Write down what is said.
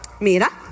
Mira